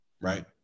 Right